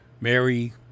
Mary